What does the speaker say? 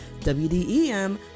WDEM